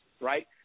right